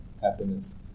happiness